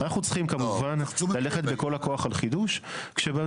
אנחנו צריכים כמובן ללכת בכל הכוח על חידוש כשבדרך,